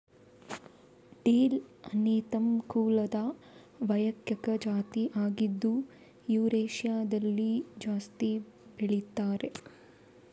dill Anethum ಕುಲದ ಏಕೈಕ ಜಾತಿ ಆಗಿದ್ದು ಯುರೇಷಿಯಾದಲ್ಲಿ ಜಾಸ್ತಿ ಬೆಳೀತಾರೆ